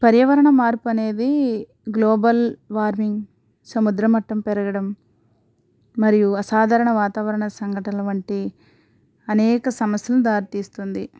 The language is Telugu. పర్యావరణ మార్పు అనేది గ్లోబల్ వార్మింగ్ సముద్ర మట్టం పెరగడం మరియు అసాధారణ వాతావరణ సంఘటనలు వంటి అనేక సమస్యలను దారి తీస్తుంది